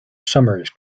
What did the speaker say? summers